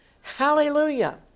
Hallelujah